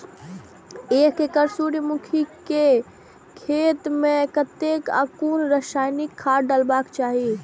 एक एकड़ सूर्यमुखी केय खेत मेय कतेक आ कुन रासायनिक खाद डलबाक चाहि?